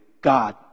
God